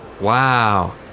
Wow